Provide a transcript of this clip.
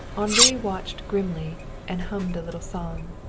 henri watched grimly and hummed a little song